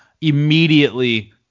immediately